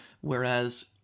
Whereas